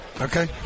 Okay